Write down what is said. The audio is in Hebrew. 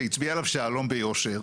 שהצביע עליו שלום ביושר,